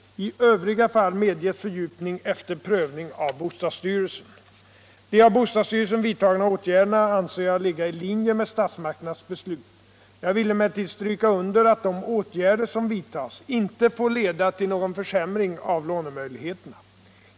I övriga fall medges fördjupning efter prövning av bostadsstyrelsen. De av bostadsstyrelsen vidtagna åtgärderna anser jag ligga i linje med statsmakternas beslut. Jag vill emellertid stryka under att de åtgärder som vidtas inte får leda till någon försämring av lånemöjligheterna.